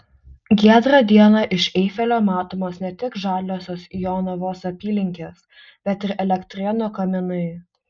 giedrą dieną iš eifelio matomos ne tik žaliosios jonavos apylinkės bet ir elektrėnų kaminai